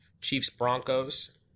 Chiefs-Broncos